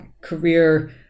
career